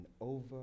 over